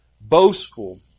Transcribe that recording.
Boastful